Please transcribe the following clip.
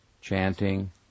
chanting